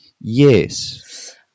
Yes